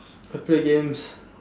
I play games